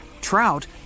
trout